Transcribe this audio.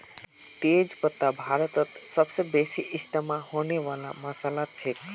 तेज पत्ता भारतत सबस बेसी इस्तमा होने वाला मसालात छिके